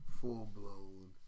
full-blown